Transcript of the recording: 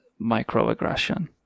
microaggression